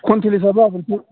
quintal हिसाबा आगोलसो